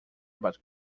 about